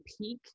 peak